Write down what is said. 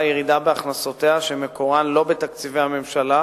ירידה בהכנסותיה שמקורן לא בתקציבי הממשלה,